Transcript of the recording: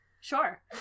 Sure